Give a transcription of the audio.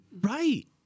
Right